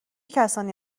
کسانی